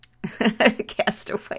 castaway